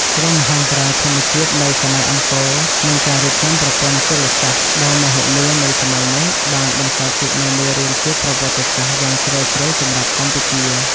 គ្រោះមហន្តរាយធម្មជាតិនៅសម័យអង្គរ និងការរៀបចំប្រព័ន្ធជលសាស្ត្រដ៏មហិមានៅសម័យនោះ បានបន្សល់ទុកនូវមេរៀនជាប្រវត្តិសាស្ត្រយ៉ាងជ្រាលជ្រៅសម្រាប់កម្ពុជា។